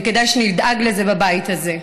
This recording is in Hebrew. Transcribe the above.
וכדאי שנדאג לזה בבית הזה.